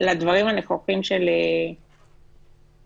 לדברים הנכוחים של יואב.